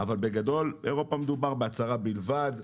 אבל בגדול באירופה מדובר בהצהרה בלבד.